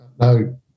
No